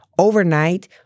overnight